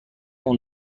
اون